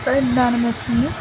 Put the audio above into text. മുട്ടെന്താണെന്ന് വച്ചെങ്കില്